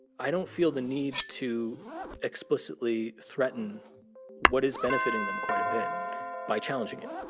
i don't feel the need to explicitly threaten what is benefiting them quite a bit by challenging it.